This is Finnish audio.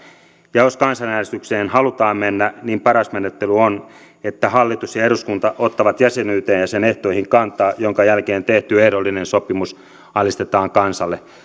ja jos kansanäänestykseen halutaan mennä niin paras menettely on että hallitus ja eduskunta ottavat jäsenyyteen ja sen ehtoihin kantaa minkä jälkeen tehty ehdollinen sopimus alistetaan kansalle